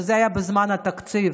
וזה היה בזמן התקציב.